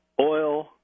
oil